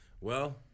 Well-